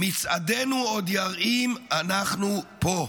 מצעדנו עוד ירעים, אנחנו פה.